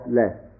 less